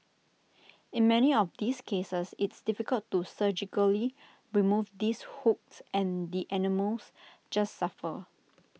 in many of these cases it's difficult to surgically remove these hooks and the animals just suffer